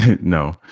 no